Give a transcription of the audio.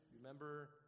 Remember